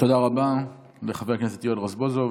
תודה רבה לחבר הכנסת יואל רזבוזוב.